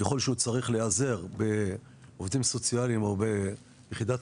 ככל שהוא צריך להיעזר בעובדים סוציאליים או ביחידת